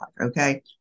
Okay